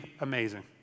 amazing